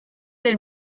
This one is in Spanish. del